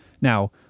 Now